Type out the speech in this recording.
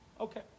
Okay